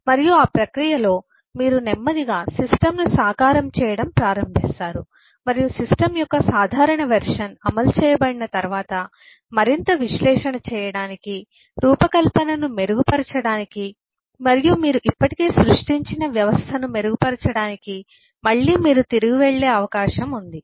మరియు ఆ ప్రక్రియలో మీరు నెమ్మదిగా సిస్టమ్ను సాకారం చేయడం ప్రారంభిస్తారు మరియు సిస్టమ్ యొక్క సాధారణ వెర్షన్ అమలు చేయబడిన తర్వాత మరింత విశ్లేషణ చేయడానికి రూపకల్పనను మెరుగుపరచడానికి మరియు మీరు ఇప్పటికే సృష్టించిన వ్యవస్థను మెరుగుపరచడానికి మళ్ళీ మీరు తిరిగి వెళ్ళే అవకాశం ఉంది